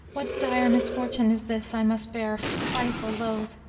what dire misfortune is this i must bear fief or loath?